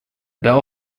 bell